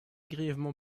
grièvement